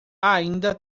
ainda